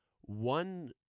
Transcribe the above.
One